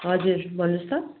हजुर भन्नुहोस् त